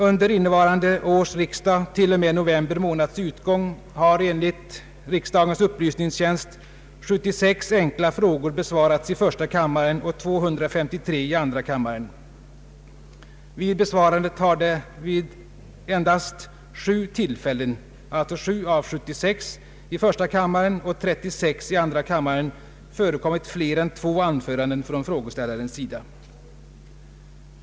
Under innevarande års riksdag t.o.m. november månads utgång har enligt riksdagens upplysningstjänst 76 enkla frågor besvarats i första kammaren och 253 i andra kammaren. Vid besvarandet har det vid endast sju tillfällen — alltså 7 av 76 — i första kammaren och 36 i andra kammaren förekommit fler än två anföranden från frågeställarens sida.